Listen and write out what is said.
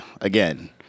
again